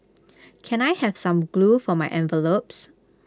can I have some glue for my envelopes